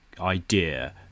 idea